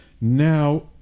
Now